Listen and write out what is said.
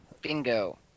bingo